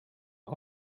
een